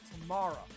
tomorrow